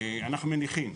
אנחנו מניחים.